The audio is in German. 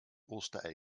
osterei